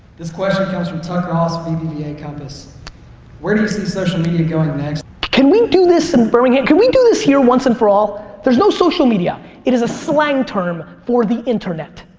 this question comes from tucker austin bbva compass where do you see social media going next? can we do this in birmingham, can we do this here once and for all? there's no social media. it is a slang term for the internet.